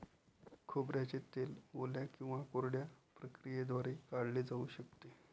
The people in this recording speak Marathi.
खोबऱ्याचे तेल ओल्या किंवा कोरड्या प्रक्रियेद्वारे काढले जाऊ शकते